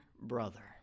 brother